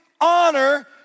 Honor